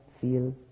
feel